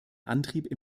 antrieb